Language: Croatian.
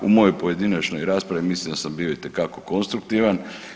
U mojoj pojedinačnoj raspravi mislim da sam bio itekako konstruktivan.